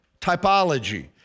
typology